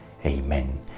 Amen